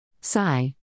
Sigh